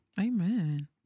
Amen